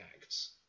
acts